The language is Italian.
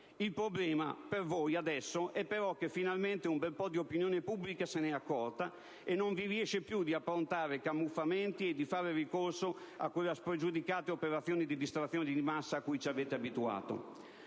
Il problema per voi adesso è però che finalmente un bel po' di opinione pubblica se n'è accorta, e non vi riesce più di approntare camuffamenti e di fare ricorso a quella spregiudicata operazione di distrazione di massa a cui ci avete abituato.